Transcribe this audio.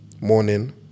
morning